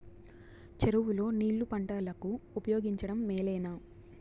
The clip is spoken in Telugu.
చెరువు లో నీళ్లు పంటలకు ఉపయోగించడం మేలేనా?